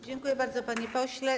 Dziękuję bardzo, panie pośle.